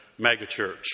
megachurch